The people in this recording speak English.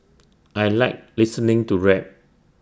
I Like listening to rap